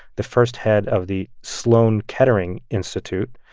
the first head of the sloan kettering institute,